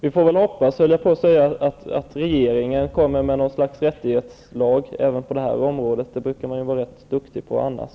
Vi får hoppas att regeringen kommer med något slags rättighetslag även på detta område. Det brukar man vara rätt duktig på annars.